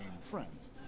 friends